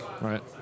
Right